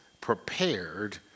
prepared